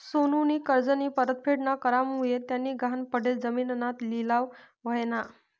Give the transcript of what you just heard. सोनूनी कर्जनी परतफेड ना करामुये त्यानी गहाण पडेल जिमीनना लिलाव व्हयना